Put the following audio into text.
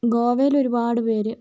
ഗോവയില് ഒരുപാട് പേര്